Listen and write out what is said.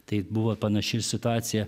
tai buvo panaši situacija